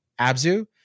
Abzu